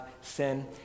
sin